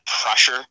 pressure